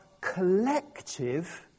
collective